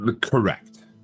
Correct